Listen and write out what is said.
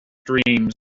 dreams